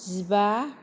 जिबा